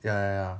ya ya ya